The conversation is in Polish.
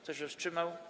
Kto się wstrzymał?